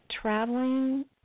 traveling